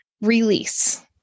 release